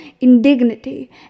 indignity